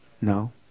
No